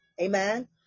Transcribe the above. Amen